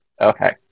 Okay